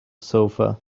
sofa